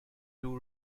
two